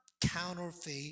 counterfeit